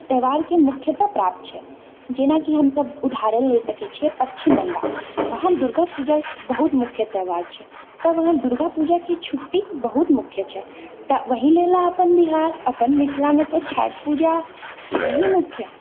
त्यौहारके मुख्यता प्राप्त छै जेनाकि हमसब उदाहरण लए सकै छियै पश्चिम बंगाल वहाँ दुर्गापूजा बहुत मुख्य त्यौहार छै तऽ वहाँ दुर्गापूजाके छुट्टी बहुत मुख्य छै तऽ वही लेलऽ अपन बिहार अपन मिथिलामे तऽ छठ पूजा छै ही मुख्य